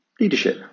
leadership